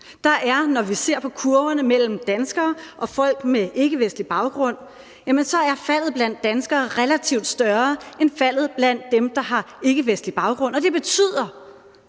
og når vi ser på kurverne over danskere og folk med ikkevestlig baggrund, så er faldet blandt danskere relativt større end faldet blandt dem, der har ikkevestlig baggrund. Og det betyder,